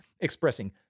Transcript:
expressing